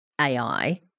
AI